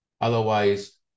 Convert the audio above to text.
Otherwise